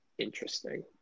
interesting